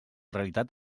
realitat